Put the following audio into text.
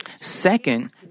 second